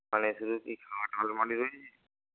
মানে শুধু কি খাট আলমারি রয়েছে